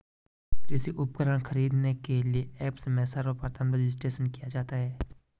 कृषि उपकरण खरीदने के लिए ऐप्स में सर्वप्रथम रजिस्ट्रेशन किया जाता है